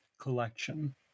collection